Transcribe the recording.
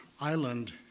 island